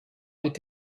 mit